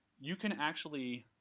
you can actually,